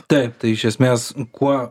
taip tai iš esmės kuo